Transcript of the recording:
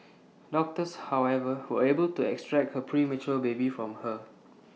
doctors however were able to extract her premature baby from her